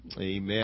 amen